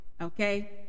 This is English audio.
Okay